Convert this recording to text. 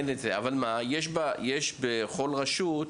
יש בכל רשות,